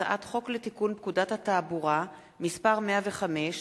הצעת חוק לתיקון פקודת התעבורה (מס' 105)